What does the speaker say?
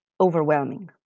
overwhelming